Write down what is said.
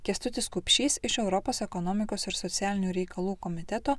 kęstutis kupšys iš europos ekonomikos ir socialinių reikalų komiteto